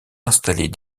installés